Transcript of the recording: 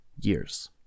years